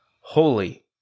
holy